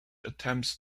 attempts